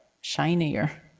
shinier